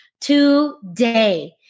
Today